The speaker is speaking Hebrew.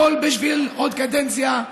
הכול בשביל עוד קדנציה.